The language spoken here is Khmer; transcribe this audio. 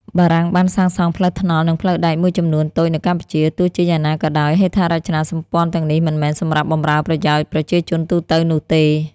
បារាំងបានសាងសង់ផ្លូវថ្នល់ និងផ្លូវដែកមួយចំនួនតូចនៅកម្ពុជា ទោះជាយ៉ាងណាក៏ដោយ ហេដ្ឋារចនាសម្ព័ន្ធទាំងនេះមិនមែនសម្រាប់បម្រើប្រយោជន៍ប្រជាជនទូទៅនោះទេ។